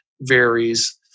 varies